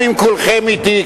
גם אם כולכם אתי,